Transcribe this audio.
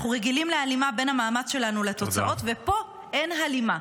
אנחנו רגילים להלימה בין המאמץ שלנו לתוצאות" ופה אין הלימה,